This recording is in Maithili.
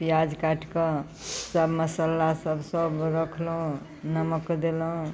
पिआज काटिकऽ सब मसल्ला सब सब रखलहुँ नमक देलहुँ